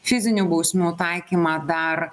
fizinių bausmių taikymą dar